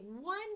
one